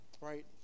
right